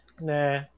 Nah